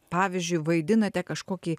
pavyzdžiui vaidinate kažkokį